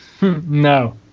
No